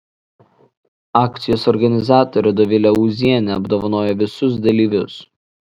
akcijos organizatorė dovilė ūzienė apdovanojo visus dalyvius